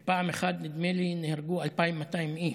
פעם אחת, נדמה לי, נהרגו 2,200 איש,